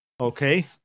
Okay